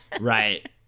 Right